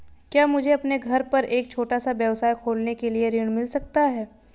क्या मुझे अपने घर पर एक छोटा व्यवसाय खोलने के लिए ऋण मिल सकता है?